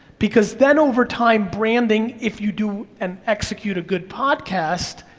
because that over time branding, if you do and execute a good podcast,